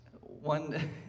one